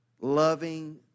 Loving